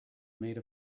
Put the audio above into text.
made